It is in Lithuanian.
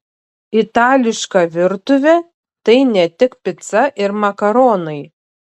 itališka virtuvė tai ne tik pica ir makaronai